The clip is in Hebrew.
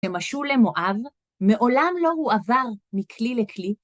כמשול למואב, מעולם לא הועבר מכלי לכלי.